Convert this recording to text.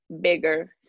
bigger